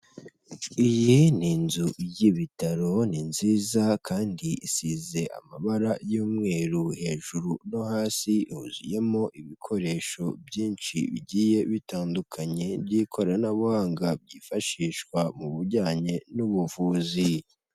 Iyi ni inzu y'ibitaro ni nziza kandi isize amabara y'umweru hejuru no hasi yuzuyemo ibikoresho byinshi bigiye bitandukanye by'ikoranabuhanga byifashishwa mu bijyanye n'ubuvuzi.